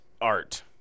art